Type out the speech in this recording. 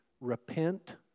Repent